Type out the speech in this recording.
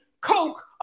coke